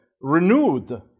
renewed